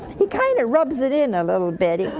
he kind of rubs it in a little bit. in